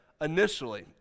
initially